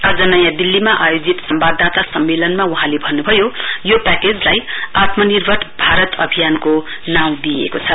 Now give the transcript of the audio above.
आज नयाँ दिल्लीमा आयोजित सम्वादाता सम्मेलनमा वहाँले भन्नुभयो यो प्याकेजलाई आत्मानिर्भर भारत अभियानको नाम दिइएको छ